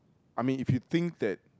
I mean if you think that